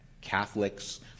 Catholics